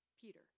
Peter